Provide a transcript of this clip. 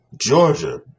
Georgia